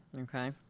okay